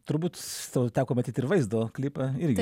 turbūt tau teko matyt ir vaizdo klipą irgi